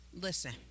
Listen